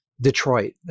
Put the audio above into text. Detroit